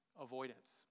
Avoidance